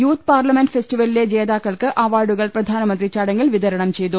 youth parliament ഫെസ്റ്റിവലിലെ ജേതാക്കൾക്ക് അവാർഡുകൾ പ്രധാനമന്ത്രി ചടങ്ങിൽ വിതരണം ചെയ്തു